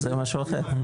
זה משהו אחר.